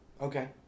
Okay